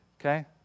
okay